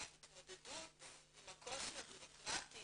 וההתמודדות עם הקושי הבירוקראטי